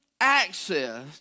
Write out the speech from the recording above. access